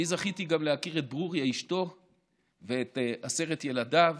אני גם זכיתי להכיר את ברוריה אשתו ואת עשרת ילדיו